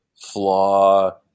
flaw